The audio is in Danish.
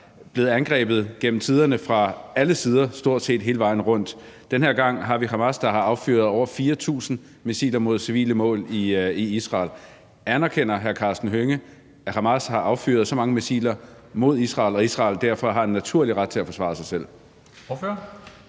blevet angrebet fra stort set alle sider hele vejen rundt. Den her gang har vi Hamas, der har affyret over 4.000 missiler mod civile mål i Israel. Anerkender hr. Karsten Hønge, at Hamas har affyret så mange missiler mod Israel, og at Israel derfor har en naturlig ret til at forsvare sig selv?